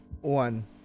one